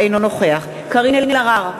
אינו נוכח קארין אלהרר,